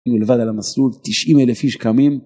אני לבד על המסלול 90,000 איש קמים.